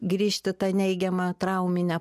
grįžt į tą neigiamą trauminę